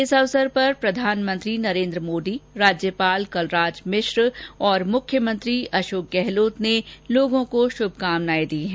इस अवसर पर प्रधानमंत्री नरेन्द्र मोदी राज्यपाल कलराज मिश्र और मुख्यमंत्री अशोक गहलोत ने लोगों को श्भकामनाएं दी है